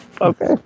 Okay